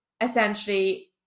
essentially